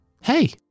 hey